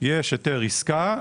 יש היתר עסקה.